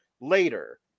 later